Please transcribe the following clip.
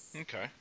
Okay